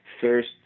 first